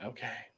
Okay